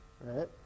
right